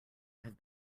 have